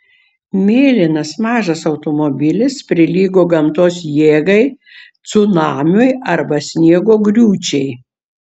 mėlynas mažas automobilis prilygo gamtos jėgai cunamiui arba sniego griūčiai